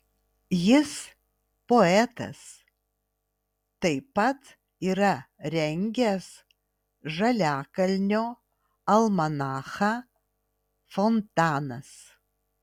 jis poetas taip pat yra rengęs žaliakalnio almanachą fontanas